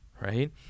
right